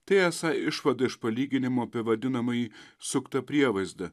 tai esą išvada iš palyginimo apie vadinamąjį suktą prievaizdą